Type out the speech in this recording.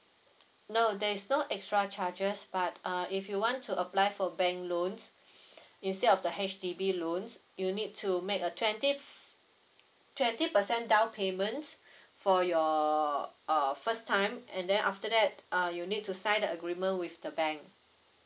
no there is no extra charges but uh if you want to apply for bank loans instead of the H_D_B loans you need to make a twenty f~ twenty percent down payment for your uh first time and then after that uh you need to sign the agreement with the bank